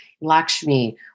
Lakshmi